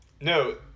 No